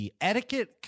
etiquette